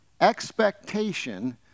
Expectation